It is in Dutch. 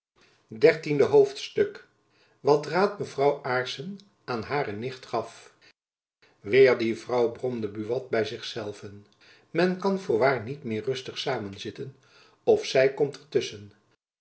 dertiende hoofdstuk wat raad mevrouw aarssen aan hare nicht gaf weêr die vrouw bromde buat by zich zelven men kan voorwaar niet meer rustig samen zitten of zy komt er